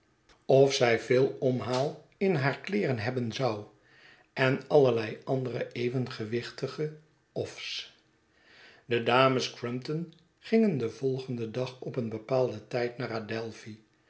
of zij veel omhaal in haar kleeren hebben zou en allerlei andere even gewichtige of s de dames crumpton gingen den volgenden dag op den bepaalden tijd naar